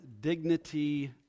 dignity